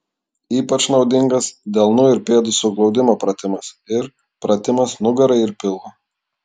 ypač naudingas delnų ir pėdų suglaudimo pratimas ir pratimas nugarai ir pilvui